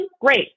Great